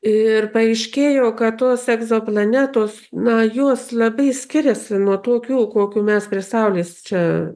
ir paaiškėjo kad tos egzoplanetos na jos labai skiriasi nuo tokių kokių mes prie saulės čia